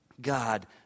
God